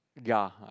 ya